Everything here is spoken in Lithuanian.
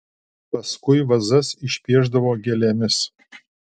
paskui vazas išpiešdavo gėlėmis